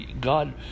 God